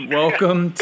welcome